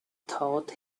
thought